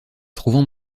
trouvant